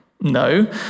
no